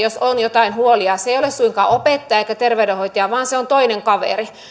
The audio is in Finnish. jos on jotain huolia se ei ole suinkaan opettaja eikä terveydenhoitaja vaan se on toinen kaveri